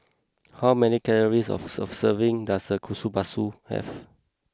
how many calories of serving does Kushikatsu have